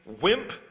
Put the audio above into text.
wimp